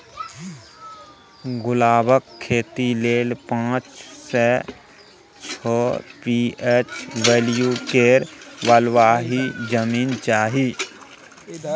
गुलाबक खेती लेल पाँच सँ छओ पी.एच बैल्यु केर बलुआही जमीन चाही